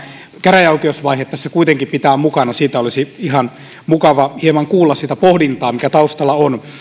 käräjäoikeusvaihe tässä kuitenkin pitää mukana siitä olisi ihan mukava hieman kuulla sitä pohdintaa mikä taustalla on